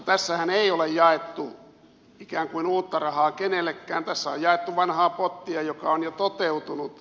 tässähän ei ole jaettu ikään kuin uutta rahaa kenellekään tässä on jaettu vanhaa pottia joka on jo toteutunut